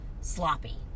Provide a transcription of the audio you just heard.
sloppy